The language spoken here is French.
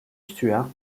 stuart